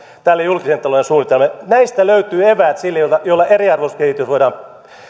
tälle julkisen talouden suunnitelmalle näistä löytyvät eväät joilla eriarvoistumiskehitys voidaan